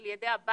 על ידי הבנקים?